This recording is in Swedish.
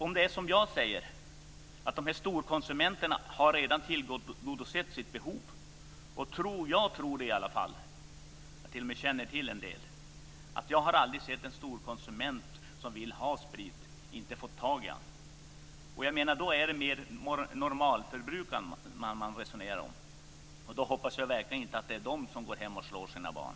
Om det är som jag tror, dvs. att storkonsumenterna redan har tillgodosett sitt behov - jag känner till en del sådana, och jag har aldrig sett en storkonsument som vill ha sprit inte få tag i sprit - så är det mer normalförbrukarna man resonerar om, och jag hoppas verkligen att det inte är de som går hem och slår sina barn.